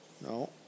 no